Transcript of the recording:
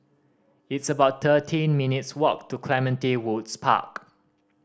it's about thirteen minutes' walk to Clementi Woods Park